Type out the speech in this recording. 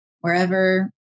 wherever